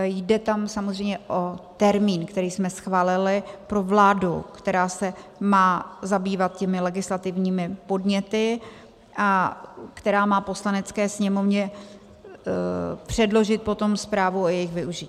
Jde tam samozřejmě o termín, který jsme schválili pro vládu, která se má zabývat těmi legislativními podněty a která má Poslanecké sněmovně předložit potom zprávu o jejich využití.